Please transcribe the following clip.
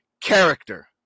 character